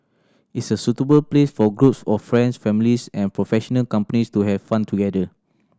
it's a suitable place for groups of friends families and professional companies to have fun together